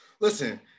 listen